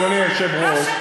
אדוני היושב-ראש,